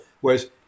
Whereas